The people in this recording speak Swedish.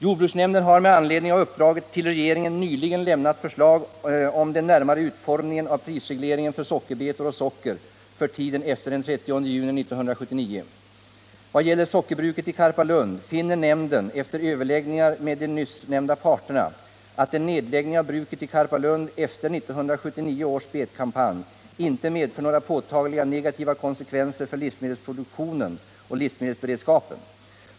Jordbruksnämnden har med anledning av uppdraget till regeringen nyligen lämnat förslag om den närmare utformningen av prisregleringen för sockerbetor och socker för tiden efter den 30 juni 1979. I vad gäller sockerbruket i Karpalund finner nämnden efter överläggningar med de nyssnämnda parterna att en nedläggning av bruket i Karpalund efter 1979 års betkampanj inte medför några påtagliga negativa konsekvenser för livsmedelsproduktionen och livsmedelsberedskapen.